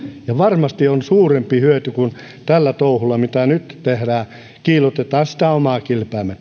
ja varmasti on suurempi hyöty kuin tällä touhulla mitä nyt tehdään kiillotetaan sitä omaa kilpeämme